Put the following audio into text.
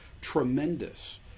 Tremendous